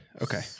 Okay